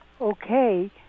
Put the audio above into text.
okay